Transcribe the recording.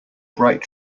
bright